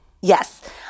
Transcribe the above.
Yes